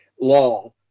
law